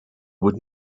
would